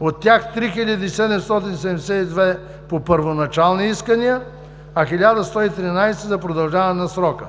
от тях 3772 по първоначални искания, а 1113 – за продължаване на срока.